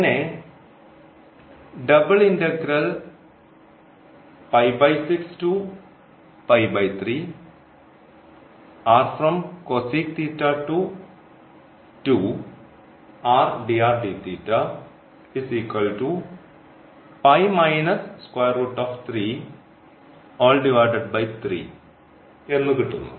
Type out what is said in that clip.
അങ്ങനെ എന്നു കിട്ടുന്നു